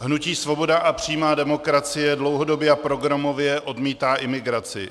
Hnutí Svoboda a přímá demokracie dlouhodobě a programově odmítá imigraci.